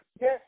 Yes